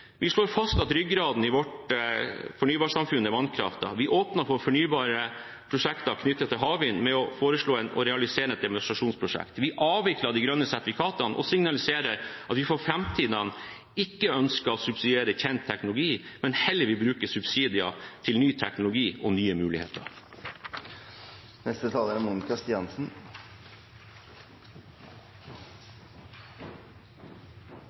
Vi slår fast at ryggraden i vårt fornybarsamfunn er vannkraften. Vi åpner for fornybare prosjekter knyttet til havvind ved å foreslå å realisere et demonstrasjonsprosjekt. Vi avvikler de grønne sertifikatene og signaliserer at vi for framtiden ikke ønsker å subsidiere kjent teknologi, men heller vil bruke subsidier til ny teknologi og nye muligheter.